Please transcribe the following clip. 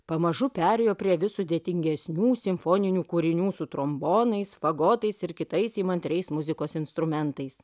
pamažu perėjo prie vis sudėtingesnių simfoninių kūrinių su trombonais fagotais ir kitais įmantriais muzikos instrumentais